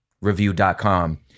Review.com